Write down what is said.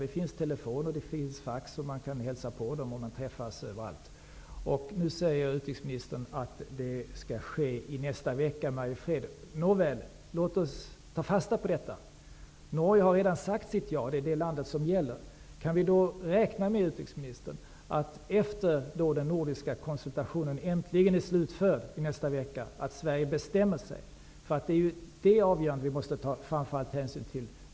Det finns telefon och fax, och det går att hälsa på varandra. Nu säger utrikesministern att ett möte skall ske i nästa vecka i Mariefred. Nåväl, låt oss ta fasta på det. Norge har redan sagt sitt ja, och det är det landets svar som gäller. Kan vi räkna med att Sverige bestämmer sig efter det att den nordiska konsultationen äntligen är slutförd i nästa vecka? Det är framför allt det nordiska ställningstagandet som vi måste ta hänsyn till.